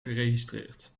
geregistreerd